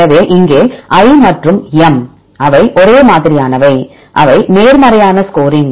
எனவே இங்கே I மற்றும் M அவை ஒரே மாதிரியானவை அவை நேர்மறையான ஸ்கோரிங்